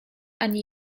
ani